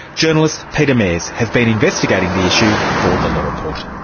journalist peter mares has been investigating the issue for the law report.